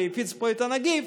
והפיץ פה את הנגיף,